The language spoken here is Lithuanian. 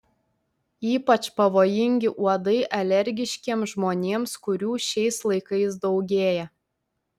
ypač pavojingi uodai alergiškiems žmonėms kurių šiais laikais daugėja